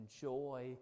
joy